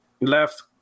left